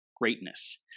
greatness